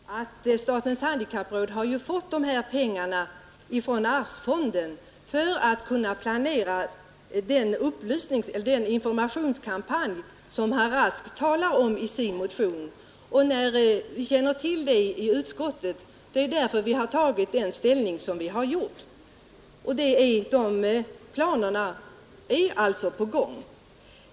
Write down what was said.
Herr talman! Till herr Rask vill jag säga att statens handikappråd har fått pengar från allmänna arvsfonden för att kunna planera den informationskampanj som herr Rask talar om i sin motion. Eftersom vi i inom utskottet känner till det har vi tagit denna vår ställning. Planer på en informationskampanj är alltså på gång.